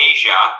Asia